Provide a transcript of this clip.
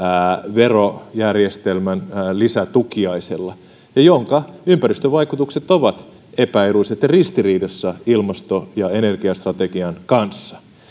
verojärjestelmän lisätukiaisella jonka ympäristövaikutukset ovat epäedulliset ja ristiriidassa ilmasto ja energiastrategian kanssa